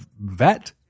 vet